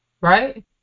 Right